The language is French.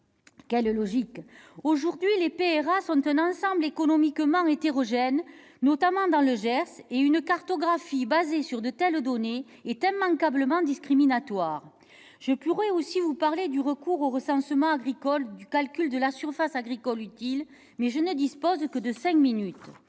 Quelle logique ! Aujourd'hui, les PRA sont un ensemble économiquement hétérogène, notamment dans le Gers, et une cartographie basée sur de telles données est immanquablement discriminatoire. Je pourrais aussi vous parler du recours au recensement agricole et du calcul de la surface agricole utile, mais je ne dispose que de cinq minutes